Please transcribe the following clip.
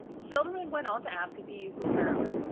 silverman went on to ask if he uses heroin.